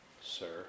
sir